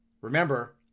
Remember